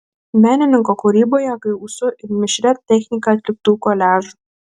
menininko kūryboje gausu ir mišria technika atliktų koliažų